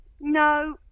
No